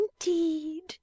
indeed